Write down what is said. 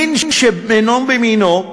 מין בשאינו מינו,